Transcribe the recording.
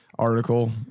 article